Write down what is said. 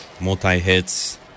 multi-hits